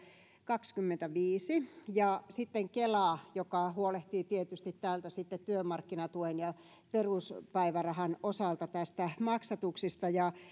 kaksikymmentäviisi ja sitten kela joka huolehtii tietysti sitten työmarkkinatuen ja peruspäivärahan osalta maksatuksista ja